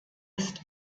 ist